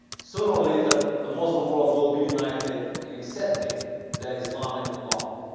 sooner or later the muslim world will be united in accepting their islamic law